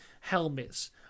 helmets